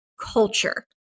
culture